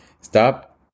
stop